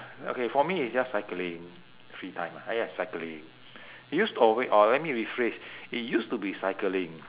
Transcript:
okay for me is just cycling free time I like cycling it used t~ or wait or let me rephrase it used to be cycling